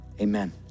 Amen